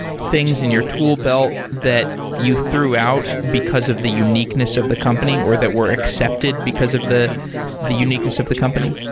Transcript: things in your tool belt that you threw out because of the uniqueness of the company, or that were accepted because of the the uniqueness of the company?